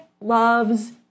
loves